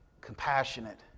compassionate